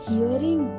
Hearing